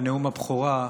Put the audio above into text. בנאום הבכורה,